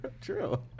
true